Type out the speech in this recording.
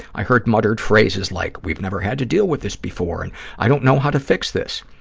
i heard muttered phrases like we've never had to deal with this before, and i don't know how to fix this.